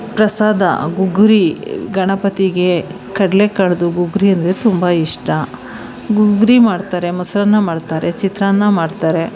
ಪ್ರಸಾದ ಗುಗ್ರಿ ಗಣಪತಿಗೆ ಕಡಲೇಕಾಳ್ದು ಗುಗ್ಗರಿ ಅಂದರೆ ತುಂಬ ಇಷ್ಟ ಗುಗ್ಗರಿ ಮಾಡ್ತಾರೆ ಮೊಸರನ್ನ ಮಾಡ್ತಾರೆ ಚಿತ್ರಾನ್ನ ಮಾಡ್ತಾರೆ